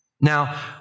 Now